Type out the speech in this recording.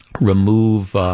remove